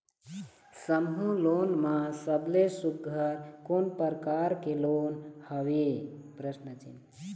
समूह लोन मा सबले सुघ्घर कोन प्रकार के लोन हवेए?